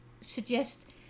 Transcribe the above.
suggest